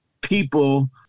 people